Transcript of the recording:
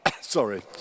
sorry